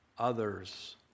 others